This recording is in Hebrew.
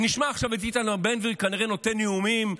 אז נשמע עכשיו את איתמר בן גביר כנראה נותן נאומים,